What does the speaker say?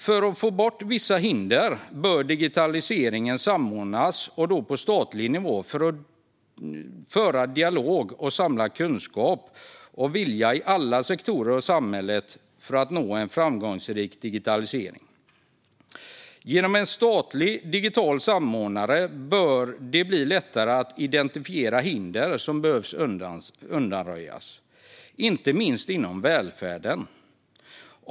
För att ta bort vissa hinder bör man samordna digitaliseringen - och då på statlig nivå - och föra dialog för att samla kunskap och vilja i alla sektorer av samhället för en framgångsrik digitalisering. Genom en statlig digital samordnare bör det bli lättare att identifiera hinder som behöver undanröjas, inte minst inom välfärden.